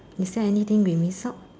is there anything we miss out